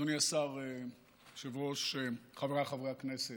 אדוני השר, אדוני היושב-ראש, חבריי חברי הכנסת,